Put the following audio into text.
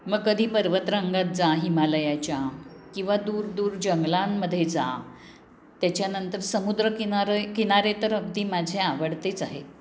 मग कधी पर्वतरांगात जा हिमालयाच्या किंवा दूरदूर जंगलांमध्ये जा त्याच्यानंतर समुद्रकिनारे किनारे तर अगदी माझे आवडतेच आहेत